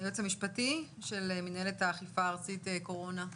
היועץ המשפטי של מִנהלת האכיפה הארצית קורונה.